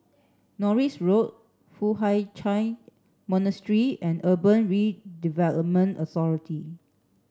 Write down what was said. Norris Road Foo Hai Ch'an Monastery and Urban Redevelopment Authority